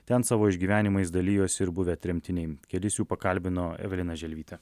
ten savo išgyvenimais dalijosi ir buvę tremtiniai kelis jų pakalbino evelina želvytė